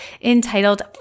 entitled